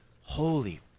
Holy